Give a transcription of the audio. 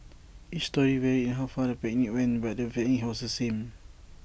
each story varied in how far the picnic went but the was the same